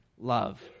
love